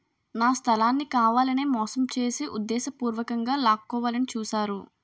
నా స్థలాన్ని కావాలనే మోసం చేసి ఉద్దేశపూర్వకంగా లాక్కోవాలని చూశారు